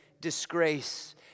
disgrace